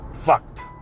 fucked